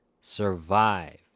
survive